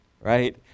right